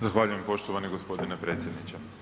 Zahvaljujem poštovani gospodine predsjedniče.